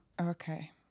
Okay